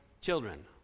children